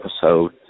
episode